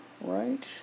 right